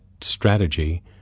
strategy